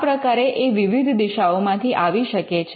આ પ્રકારે એ વિવિધ દિશાઓમાંથી આવી શકે છે